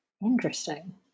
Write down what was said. Interesting